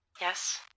Yes